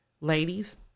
ladies